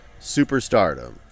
superstardom